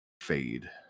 fade